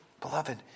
Beloved